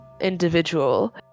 individual